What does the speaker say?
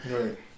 Right